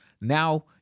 Now